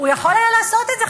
הוא יכול היה לעשות את זה,